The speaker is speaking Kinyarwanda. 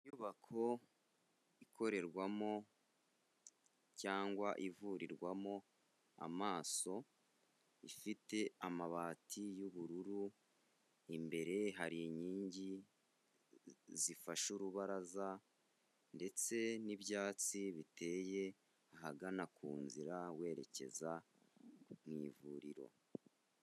Inyubako ikorerwamo cyangwa ivurirwamo amaso, ifite amabati y'ubururu, imbere hari inkingi zifashe urubaraza ndetse n'ibyatsi biteye ahagana ku nzira werekeza mu ivuriro.